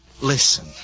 Listen